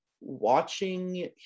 watching